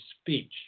speech